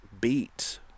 beat